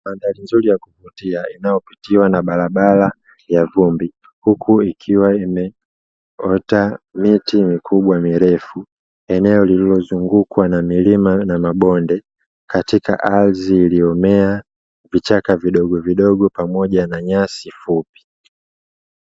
Bandari nzuri ya kuvutia inayopitiwa na bara bara ya vumbi, huku ikiwa imeota miti mikubwa mirefu, eneo lililozungukwa na milima na mabonde katika ardhi iliyomea vichaka vidogo vidogo pamoja na nyasi fupi.